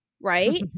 right